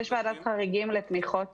יש ועדת חריגים לתמיכות